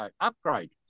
upgrade